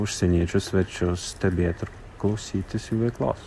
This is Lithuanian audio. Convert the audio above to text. užsieniečius svečius stebėti klausytis jų veiklos